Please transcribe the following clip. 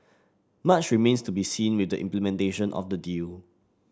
much remains to be seen with the implementation of the deal